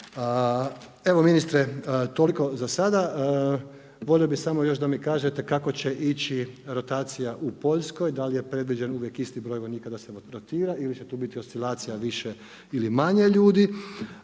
Evo ministre toliko za sada. Volio bih samo još da mi kažete kako će ići rotacija u Poljskoj, da li je predviđen uvijek isti broj vojnika da se rotira ili će tu biti oscilacija više ili manje ljudi.